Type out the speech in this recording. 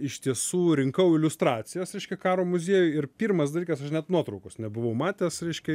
iš tiesų rinkau iliustracijas reiškia karo muziejuj ir pirmas dalykas aš net nuotraukos nebuvau matęs reiškia